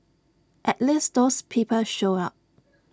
at least those people showed up